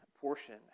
portion